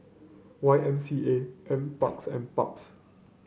Y M C A NParks and PUBS